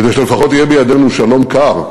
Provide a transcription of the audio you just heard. כדי שלפחות יהיה בידינו שלום קר.